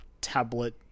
tablet